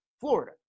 Florida